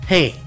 Hey